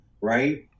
Right